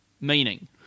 meaning